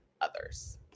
others